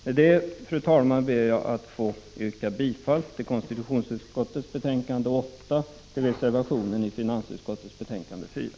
Med detta, herr talman, ber jag att få yrka bifall till hemställan i konstitutionsutskottets betänkande 8 och till centerreservationen i finansutskottets betänkande 4.